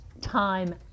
time